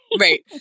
Right